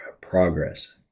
progress